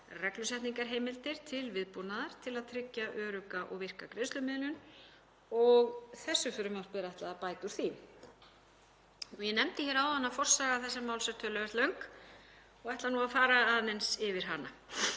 reglusetningarheimildir til viðbúnaðar til að tryggja örugga og virka greiðslumiðlun. Þessu frumvarpi er ætlað að bæta úr því. Ég nefndi hér áðan að forsaga þessa máls er töluvert löng og ætla að fara aðeins yfir hana.